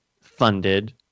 funded